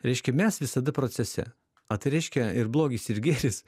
reiškia mes visada procese o tai reiškia ir blogis ir gėris